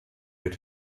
wird